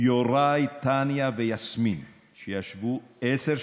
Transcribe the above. יוראי, טניה ויסמין, שישבו עשר שעות,